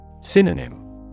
Synonym